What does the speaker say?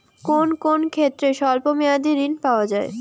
কোন কোন ক্ষেত্রে স্বল্প মেয়াদি ঋণ পাওয়া যায়?